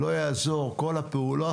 לא תעזור כל הפעולה.